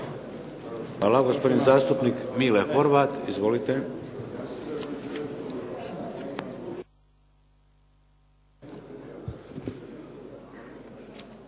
Hvala. Gospodin zastupnik Mile Horvat. Izvolite.